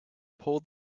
pull